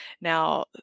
Now